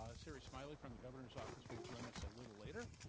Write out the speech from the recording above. ah siri smillie from the governor's office will join us a little later.